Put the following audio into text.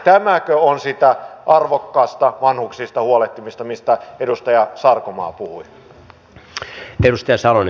tämäkö on sitä arvokkaista vanhuksista huolehtimista mistä edustaja sarkomaa puhui